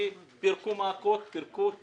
כי פירקו מעקות, פירקו קשירות.